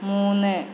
മൂന്ന്